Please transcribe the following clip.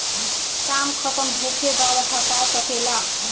काम खतम होखे बाद हटा सके ला